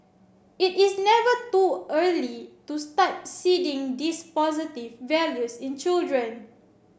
it is never too early to start seeding these positive values in children